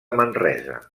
manresa